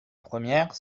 première